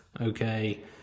okay